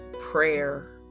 prayer